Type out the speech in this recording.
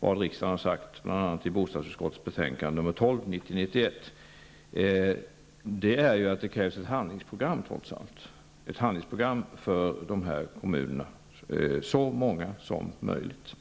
vad riksdagen har sagt i bl.a. bostadsutskottets betänkande 1990/91:BoU12. Det krävs för en mer långsiktig utveckling av detta arbete ett handlingsprogram för dessa kommuner, så många som möjligt.